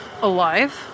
Alive